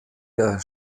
der